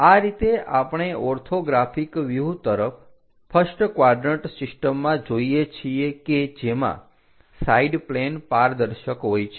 આ રીતે આપણે ઓર્થોગ્રાફિક વ્યુહ તરફ ફર્સ્ટ ક્વાડરન્ટ સિસ્ટમમાં જોઈએ છીએ કે જેમાં સાઈડ પ્લેન પારદર્શક હોય છે